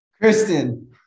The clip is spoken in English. Kristen